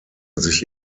sich